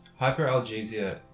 Hyperalgesia